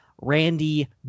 Randy